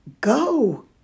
go